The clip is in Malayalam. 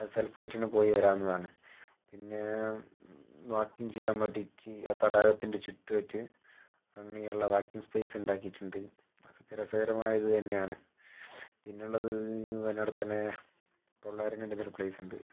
അത് സെൽഫ് ആയിട്ട് തന്നെ പോയി വരാവുന്നതാണ് പിന്നെ വാക്കിംഗ് ചെയ്യാൻ വേണ്ടിയിട്ട് ആ തടാകത്തിൻ്റെ ചുറ്റുമായിട്ട് റൺ ചെയ്യാനുള്ള വാക്കിംഗ് സ്പേസ് ഉണ്ടാക്കിയിട്ടുണ്ട് അതൊക്കെ രസകരമായ ഇതു തന്നെയാണ് പിന്നെയുള്ളത് വയനാട്ടിൽ തന്നെ തൊള്ളായിരം കണ്ടീന്ന് ഒരു പ്ലേസ് ഉണ്ട്